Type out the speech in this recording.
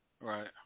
Right